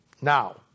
Now